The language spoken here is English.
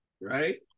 Right